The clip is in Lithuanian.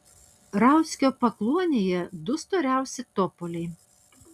rauckio pakluonėje du storiausi topoliai